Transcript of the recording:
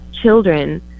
children